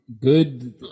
good